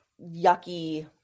yucky